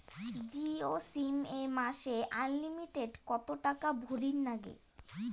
Jio SIM এ মাসে unlimited কত টাকা ভরের নাগে?